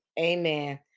Amen